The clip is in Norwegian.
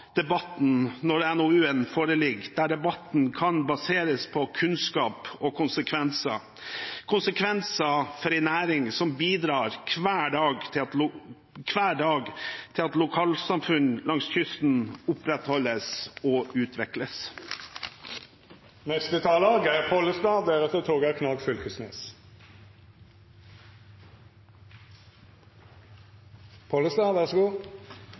debatten når NOU-en foreligger, der debatten kan baseres på kunnskap og konsekvenser – konsekvenser for en næring som bidrar hver dag til at lokalsamfunn langs kysten opprettholdes og utvikles.